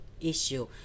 issue